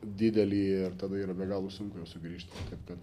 didelį ir tada yra be galo sunku jau sugrįžti taip kad